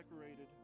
decorated